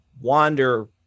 wander